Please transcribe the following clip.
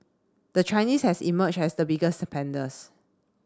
the Chinese has emerged as the biggest spenders